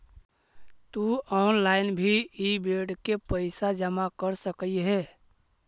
तु ऑनलाइन भी इ बेड के पइसा जमा कर सकऽ हे